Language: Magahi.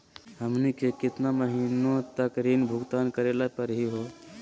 हमनी के केतना महीनों तक ऋण भुगतान करेला परही हो?